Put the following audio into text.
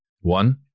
One